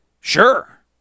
Sure